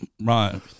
right